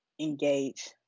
engage